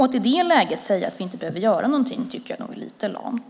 Att i det läget säga att vi inte behöver göra någonting tycker jag nog är lite lamt.